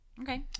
okay